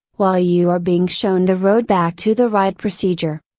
while you are being shown the road back to the right procedure.